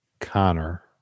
Connor